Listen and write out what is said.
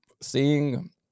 seeing